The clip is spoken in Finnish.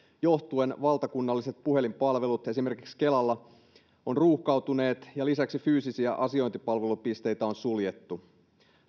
johtuen valtakunnalliset puhelinpalvelut esimerkiksi kelalla ovat ruuhkautuneet ja lisäksi fyysisiä asiointipalvelupisteitä on suljettu